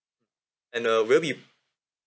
and uh will you be